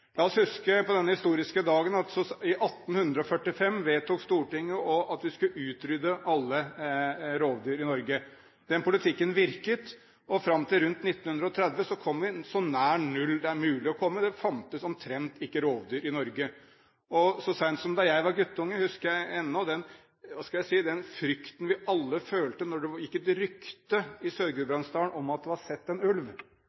La oss på denne historiske dagen huske at i 1845 vedtok Stortinget at vi skulle utrydde alle rovdyr i Norge. Den politikken virket, og fram til rundt 1930 kom vi så nær null som det er mulig å komme. Det fantes omtrent ikke rovdyr i Norge. Jeg husker ennå, så sent som da jeg var guttunge, den frykten vi alle følte når det gikk et rykte i Sør-Gudbrandsdalen om at det var sett en ulv.